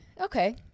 Okay